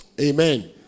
amen